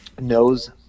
knows